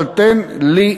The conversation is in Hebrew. אבל תן לי תשובה,